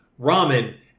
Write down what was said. ramen